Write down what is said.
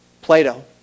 Plato